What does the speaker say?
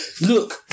Look